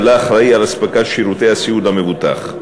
והלה אחראי לאספקת שירותי הסיעוד למבוטח.